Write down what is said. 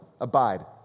abide